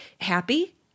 happy